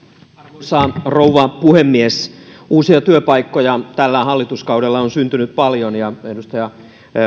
arvoisa rouva puhemies uusia työpaikkoja on tällä hallituskaudella syntynyt paljon ja edustaja